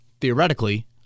theoretically